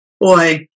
Boy